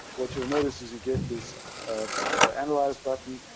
what you'll notice is you get this analyze button,